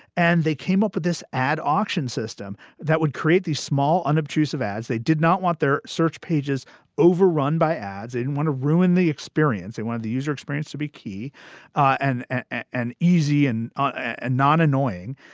and they came up with this ad auction system that would create these small, unobtrusive ads. they did not want their search pages overrun by ads, didn't want to ruin the experience. they wanted the user experience to be key and and easy and and not annoying.